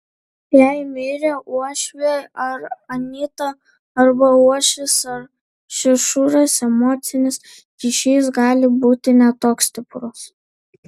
jei mirė uošvė ar anyta arba uošvis ar šešuras emocinis ryšys gali būti ne toks stiprus